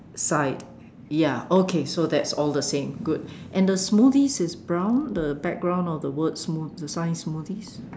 side ya okay so that's all the same good and the smoothies is brown the background of the word smooth~ the sign smoothies